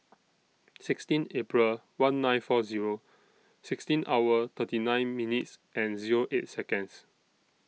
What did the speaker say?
sixteen April one nine four Zero sixteen hour thirty nine minutes and Zero eight Seconds